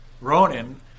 Ronan